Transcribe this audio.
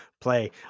play